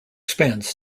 spans